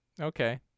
Okay